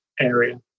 area